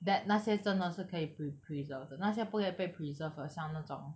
that 那些真的是可以 pre~ preserve 的那些不可以 preserve 的像那种